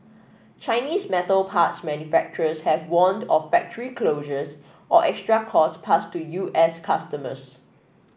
Chinese metal parts manufacturers have warned of factory closures or extra cost passed to U S customers